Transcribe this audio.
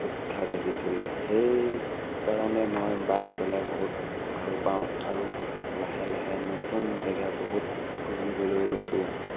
উৎসাহ জাগিছিলে সেই কাৰণে মই বাইক চলাই বহুত ভাল পাওঁ আৰু লাহে লাহে নতুন জেগা বহুত ঘূৰিবলৈ লৈছোঁ